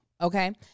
okay